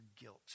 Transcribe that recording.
guilt